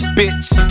bitch